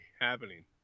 happening